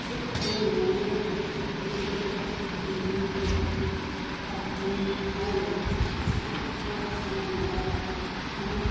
ᱪᱮᱫ ᱟᱢᱮᱢ ᱢᱚᱱᱮᱭᱟ ᱡᱮ ᱛᱤᱨᱞᱟᱹ ᱠᱚᱣᱟᱜ ᱱᱤᱨᱟᱹᱭ ᱵᱩᱡᱷᱟᱹᱣ ᱟᱨ ᱠᱟᱹᱢᱤ ᱴᱷᱟᱣ ᱨᱮ ᱥᱮᱪᱮᱫ ᱴᱷᱟᱶ ᱨᱮ ᱥᱟᱱᱟᱢ ᱫᱟᱣ ᱠᱚ ᱧᱟᱢᱟ